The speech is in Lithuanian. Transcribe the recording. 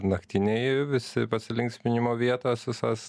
naktiniai visi pasilinksminimo vietos visos